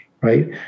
right